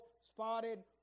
spotted